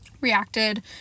reacted